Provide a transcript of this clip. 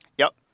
yup.